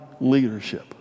leadership